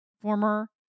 former